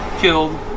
killed